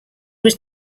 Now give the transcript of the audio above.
was